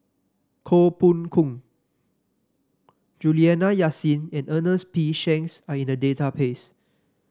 Koh Poh Koon Juliana Yasin and Ernest P Shanks are in the database